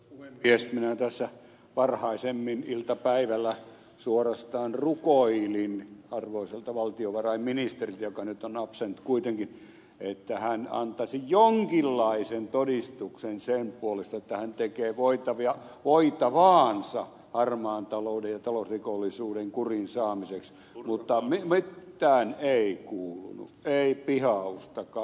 minä tässä varhaisemmin iltapäivällä suorastaan rukoilin arvoisalta valtiovarainministeriltä joka nyt on absent kuitenkin että hän antaisi jonkinlaisen todistuksen sen puolesta että hän tekee voitavaansa harmaan talouden ja talousrikollisuuden kuriin saamiseksi mutta mittään ei kuulunut ei pihaustakaan